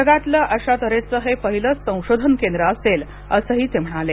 जगातलं अशा तन्हेचं हे पहिलंच संशोधन केंद्र असेल असंही ते म्हणाले